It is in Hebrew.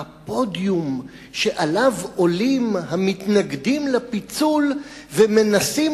הפודיום שעליו עולים המתנגדים לפיצול ומנסים